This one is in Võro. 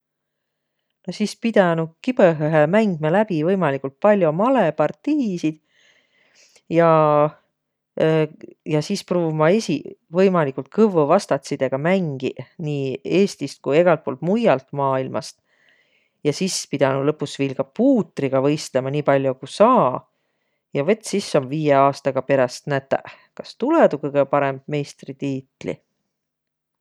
No sis pidänüq kibõhõhe mängmä läbi võimaligult pall'o malõpartiisit ja ja sis pruuvma esiq võimaligult kõvvo vastatsidõga mängiq, nii Eestist ku egält puult muialt maailmast. Jas sis pidänüq lõpus ka puutriga võistlõma, nii pall'o, ku saa. Ja vet sis om viie aastaga peräst nätäq, kas tulõ tuu kõgõ parõmb meistritiitli.